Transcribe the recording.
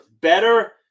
Better